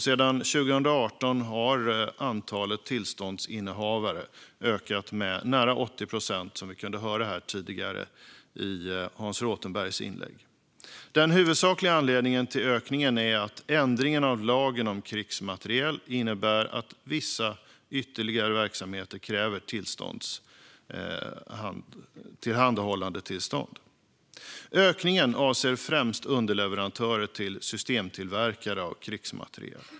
Sedan 2018 har antalet tillståndsinnehavare ökat med nära 80 procent, som vi kunde höra här tidigare i Hans Rothenbergs inlägg. Den huvudsakliga anledningen till ökningen är att ändringar i lagen om krigsmateriel innebär att vissa ytterligare verksamheter kräver tillhandahållandetillstånd. Ökningen avser främst underleverantörer till systemtillverkare av krigsmateriel.